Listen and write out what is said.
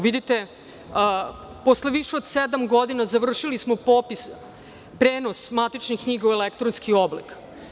Vidite, posle više od sedam godina završili smo popis, prenos matičnih knjiga u elektronski oblik.